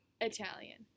Italian